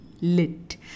Lit